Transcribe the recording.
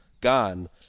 gone